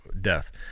death